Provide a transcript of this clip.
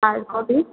hard copy